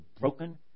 broken